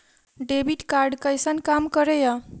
Debit card कैसन काम करेया?